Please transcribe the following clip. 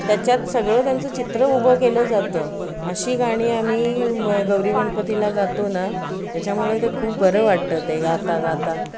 त्याच्यात सगळं त्यांचं चित्र उभं केलं जातं अशी गाणी आम्ही म गौरी गणपतीला गातोना त्याच्यामुळे ते खूप बरं वाटतं ते गाता गाता